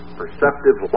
perceptive